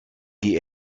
die